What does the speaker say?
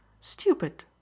Stupid